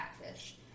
Catfish